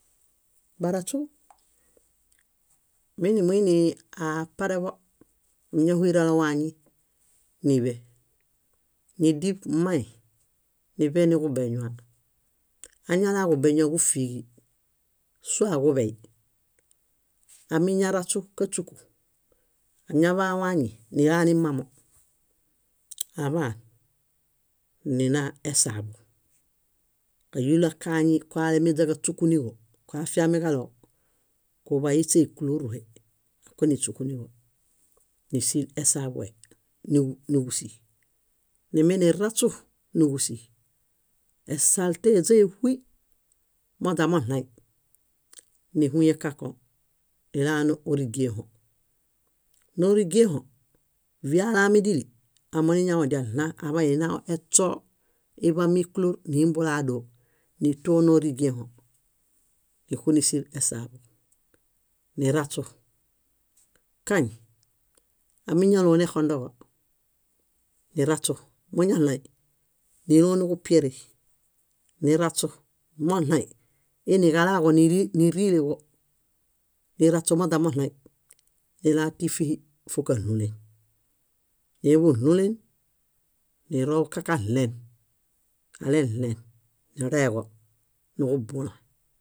Baraśu, minimuinii apareḃo, níñahuyelaro wañi níḃe, nídiṗ mmai níḃe niġubeñuwaa. Añala gubeñuwa ġúfiiġi, sua ġuḃey. Amiñaraśu káśuku, añaḃa wañi nila nimamo aḃaan nina esaḃu. Káyula kañi koalemeźa ġáśukuniġo, koafiamiġaɭo kuḃayu iśe íkuloruhe, ákoniśukuniġo, nísil esaḃue níġusii, nímbeniraśu níġusii, esaltee eźa éhuy, moźamoɭaĩ, níhuye kãkõ nila nórigiẽho. Nórigiẽho, víi alami díli, amoniñaodia nna aḃa ninau eśoo iḃami íkulo nimbula dóo, nituone órigiẽho, níxunisil esaḃu, niraśu. Kañ, ámiñalõo nexondoġo niraśu. Muñaɭaĩ, nílõo niġupieri niraśu moɭaĩ, iiniġalaaġom nírileġo niraśu moźamoɭaĩ, nila tífihi fókaɭulen. Nileḃuɭulen, niro ka- kaɭen. Aleɭen, nireeġo niġubulõ.